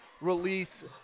release